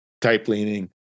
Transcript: type-leaning